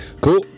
cool